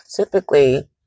Typically